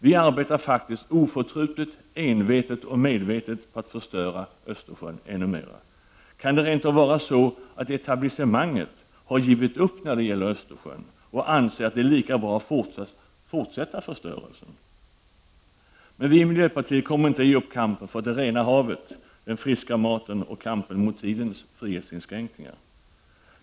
Vi arbetar faktiskt oförtrutet, envetet och medvetet på att förstöra Östersjön ännu mera. Kan det rent av vara så att etablissemanget har givit upp när det gäller Östersjön och anser att det är lika bra att fortsätta förstörelsen? Vi i miljöpartiet kommer inte att ge upp kampen för det rena havet, den friska maten och kampen mot tidens frihetsinskränkningar.